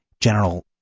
general